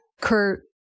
Kurt